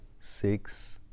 six